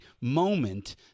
moment